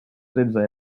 tretze